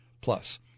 Plus